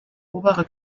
obere